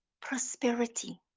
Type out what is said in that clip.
prosperity